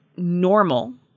normal